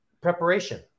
preparation